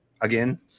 again